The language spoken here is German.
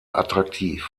attraktiv